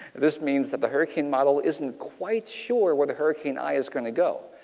this means that the hurricane model isn't quite sure where the hurricane eye is going to go.